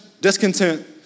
discontent